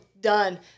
done